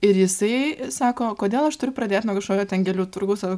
ir jisai sako kodėl aš turiu pradėt nuo kažkokio ten gėlių turgaus ar